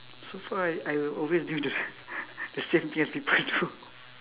so far I I always do the the same thing as people do